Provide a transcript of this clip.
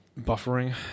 Buffering